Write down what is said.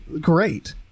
great